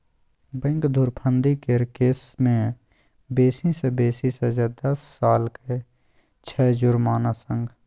bank धुरफंदी केर case मे बेसी सँ बेसी सजा दस सालक छै जुर्माना संग